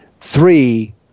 three